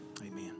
amen